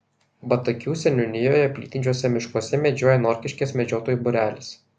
batakių seniūnijoje plytinčiuose miškuose medžioja norkiškės medžiotojų būrelis